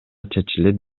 чечилет